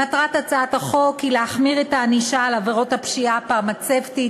מטרת הצעת החוק היא להחמיר את הענישה על עבירות הפשיעה הפרמצבטית,